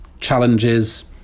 challenges